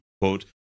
quote